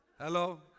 Hello